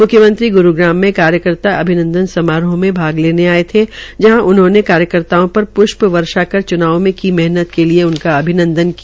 मुख्यमंत्री ग्रूग्राम में कार्यकर्ता अभिनंदन समारोह में भाग लेने आये थे जहां उन्होंने कार्यकर्ताओं पर प्ष्प वर्षा कर च्नाव में की मेहनत के लिये अभिनंदन किया